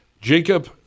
Jacob